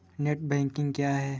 Net banking क्या है?